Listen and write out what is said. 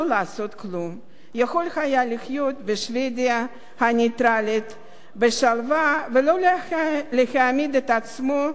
יכול היה לחיות בשבדיה הנייטרלית בשלווה ולא להעמיד את עצמו בעין הסערה,